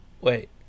wait